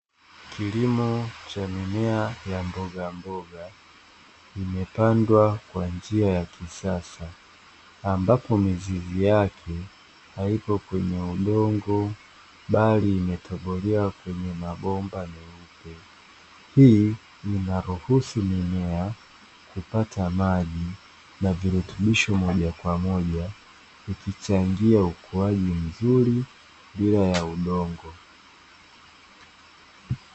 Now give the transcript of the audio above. Kilimo cha mimea ya mbogamboga, imepandwa kwa njia ya kisasa, ambapo mizizi yake haiko kwenye udongo bali imetobolewa kwenye mabomba meupe. Hii inaruhusu mimea kupata maji na virutubisho moja kwa moja, ikichangia ukuaji mzuri bila ya udongo.